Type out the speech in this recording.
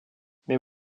mais